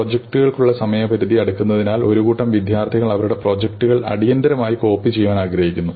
പ്രോജക്റ്റുകൾക്കുള്ള സമയപരിധി അടുക്കുന്നതിനാൽ ഒരു കൂട്ടം വിദ്യാർത്ഥികൾ അവരുടെ പ്രോജക്റ്റുകൾ അടിയന്തിരമായി കോപ്പി ചെയ്യുവാൻ ആഗ്രഹിക്കുന്നു